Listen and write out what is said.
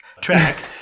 track